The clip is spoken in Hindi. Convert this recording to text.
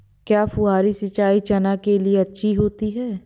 क्या फुहारी सिंचाई चना के लिए अच्छी होती है?